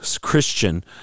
Christian